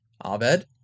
Abed